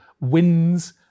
wins